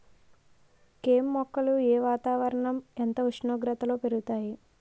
కెమ్ మొక్కలు ఏ వాతావరణం ఎంత ఉష్ణోగ్రతలో పెరుగుతాయి?